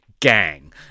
gang